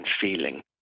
feeling